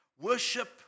Worship